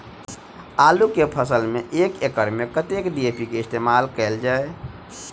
आलु केँ फसल मे एक एकड़ मे कतेक डी.ए.पी केँ इस्तेमाल कैल जाए?